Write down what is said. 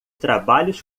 trabalhos